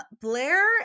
Blair